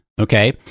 Okay